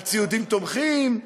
על ציודים תומכים,